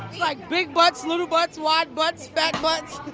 like, big butts, little butts, wide butts, fat butts.